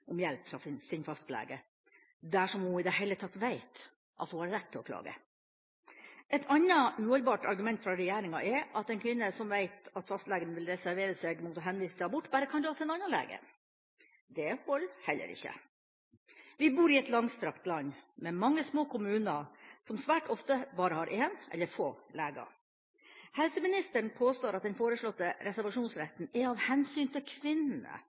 om hjelp fra sin fastlege, dersom hun i det hele veit at hun har rett til å klage. Et annet uholdbart argument fra regjeringa er at en kvinne som veit at fastlegen vil reservere seg mot å henvise til abort, bare kan dra til en annen lege. Det holder heller ikke. Vi bor i et langstrakt land med mange små kommuner, som svært ofte bare har én eller få leger. Helseministeren påstår at den foreslåtte reservasjonsretten er av hensyn til kvinnene,